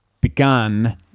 Began